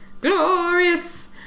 Glorious